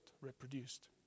reproduced